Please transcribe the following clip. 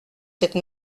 cette